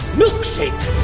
milkshake